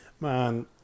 man